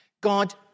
God